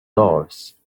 doors